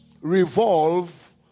revolve